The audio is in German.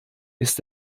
ist